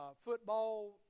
football